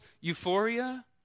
euphoria